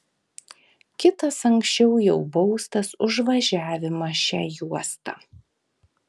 kitas anksčiau jau baustas už važiavimą šia juosta